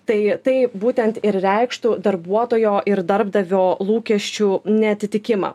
tai tai būtent ir reikštų darbuotojo ir darbdavio lūkesčių neatitikimą